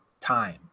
time